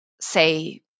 say